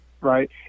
Right